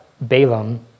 Balaam